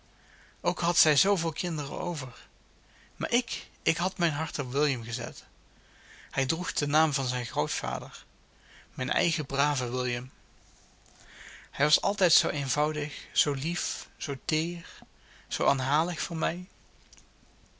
ook had zij zoo veel kinderen over maar ik ik had mijn hart op william gezet hij droeg den naam van zijn grootvader mijn eigen braven william hij was altijd zoo eenvoudig zoo lief zoo teer zoo aanhalig voor mij